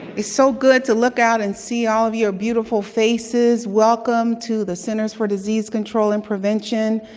it's so good to look out and see all of your beautiful faces. welcome to the centers for disease control and prevention.